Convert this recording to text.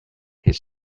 his